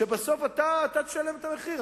ובסוף אתה תשלם את המחיר.